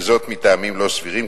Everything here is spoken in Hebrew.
וזאת מטעמים לא סבירים,